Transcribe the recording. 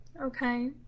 okay